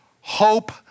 hope